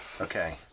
Okay